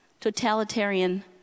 totalitarian